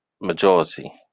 majority